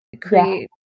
create